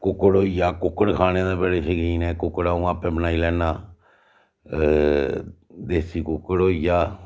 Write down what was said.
कुक्कड़ होई गेआ कुक्कड़ खाने दे बड़ा शौकीन ऐं कुक्कड़ आ'ऊं आपूं बनाई लैन्नां देसी कुक्कड़ होई गेआ